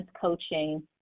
coaching